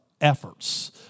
efforts